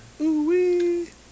Ooh-wee